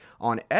on